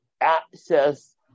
Access